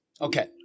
Okay